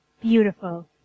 beautiful